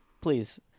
Please